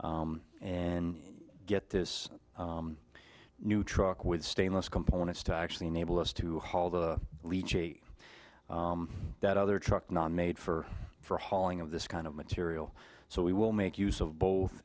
and get this new truck with stainless components to actually enable us to haul the lead that other truck not made for for hauling of this kind of material so we will make use of both